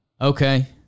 Okay